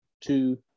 two